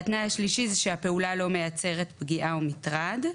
התנאי השלישי הוא שהפעולה לא מייצרת פגיעה או מטרד.